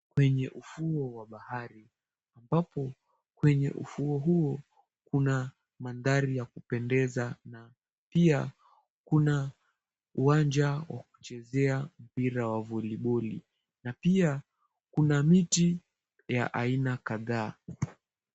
Kwenye ufuo wa bahari ambapo kwenye ufuo huo kuna mandhari ya kupendeza na pia kuna uwanja wa kuchezea mpira wa voliboli na pia kuna miti ya aina kadhaa.